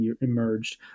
emerged